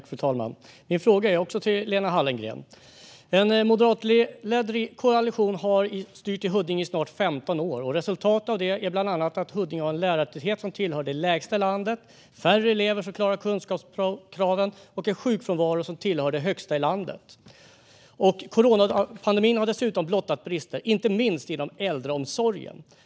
Fru talman! Även min fråga går till Lena Hallengren. En moderatledd koalition har styrt i Huddinge i snart 15 år. Resultatet av det är bland annat att Huddinge har en lärartäthet som tillhör de lägsta i landet, färre elever som klarar kunskapskraven och en sjukfrånvaro som tillhör de högsta i landet. Coronapandemin har dessutom blottat brister inom inte minst äldreomsorgen.